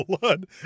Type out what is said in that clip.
blood